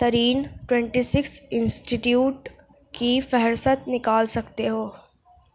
ترین twenty six institute کی فہرست نکال سکتے ہو